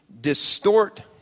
distort